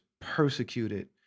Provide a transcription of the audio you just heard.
persecuted